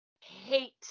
hate